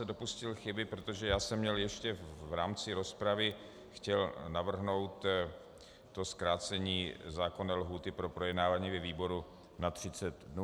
Dopustil jsem se chyby, protože jsem vám ještě v rámci rozpravy chtěl navrhnout zkrácení zákonné lhůty pro projednávání ve výboru na třicet dnů.